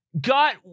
got